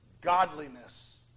godliness